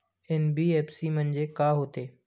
NBFC म्हणजे का होते?